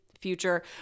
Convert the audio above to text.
future